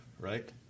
right